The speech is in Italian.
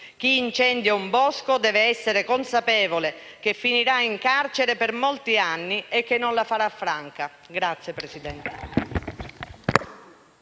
Chi incendia un bosco deve essere consapevole che finirà in carcere per molti anni e che non la farà franca.